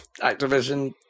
Activision